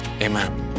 amen